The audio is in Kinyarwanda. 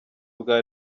bwa